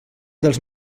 dels